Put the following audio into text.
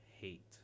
hate